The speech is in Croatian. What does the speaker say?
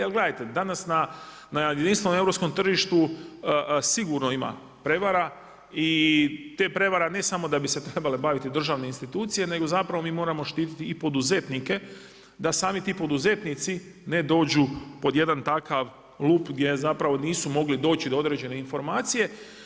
Jer gledajte, danas na jedinstvenom europskom tržištu sigurno ima prevara i te prevare ne samo da bi se trebale baviti državne institucije, nego zapravo mi moramo štititi i poduzetnike da sami ti poduzetnici ne dođu pod jedan takav lup gdje zapravo nisu mogli doći do određene informacije.